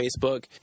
Facebook